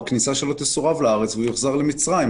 הכניסה שלו לארץ תסורב והוא יוחזר למצריים.